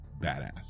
badass